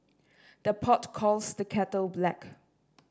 the pot calls the kettle black